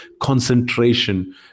concentration